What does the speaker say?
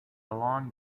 long